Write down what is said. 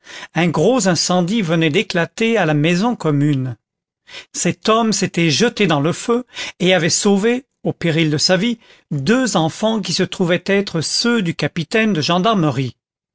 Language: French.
un gros incendie venait d'éclater à la maison commune cet homme s'était jeté dans le feu et avait sauvé au péril de sa vie deux enfants qui se trouvaient être ceux du capitaine de gendarmerie